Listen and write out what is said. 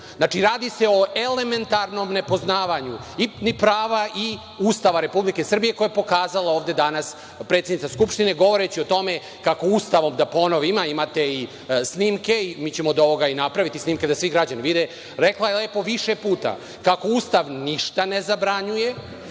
Znači, radi se o elementarnom nepoznavanju ni prava ni Ustava Republike Srbije, koje je pokazala ovde danas predsednica Skupštine, govoreći od tome kako Ustavom, da ponovim, imate i snimke, mi ćemo od ovoga i napraviti snimke da svi građani vide, rekla je lepo više puta kako Ustav ništa ne zabranjuje